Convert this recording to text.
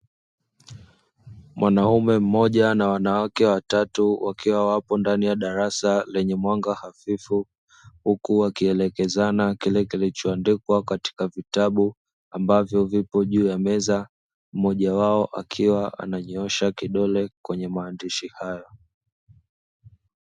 Mwanaume mmoja na wanawake watatu wakiwa wapo ndani ya darasa lenye mwanga hafifu, huku wakielekezana kile kilichoandikwa katika vitabu ambavyo vipo juu ya meza mmojawao akiwa ananyoosha kidole kwenye maandishi hayo.